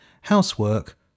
housework